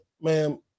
ma'am